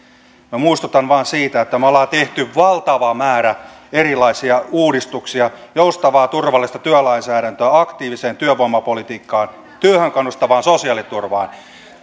minä muistutan vain siitä että me olemme tehneet valtavan määrän erilaisia uudistuksia joustavaa turvallista työlainsäädäntöä aktiiviseen työvoimapolitiikkaan työhön kannustavaan sosiaaliturvaan